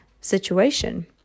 situation